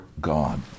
God